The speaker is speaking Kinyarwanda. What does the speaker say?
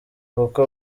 kuko